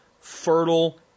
fertile